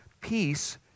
peace